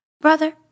brother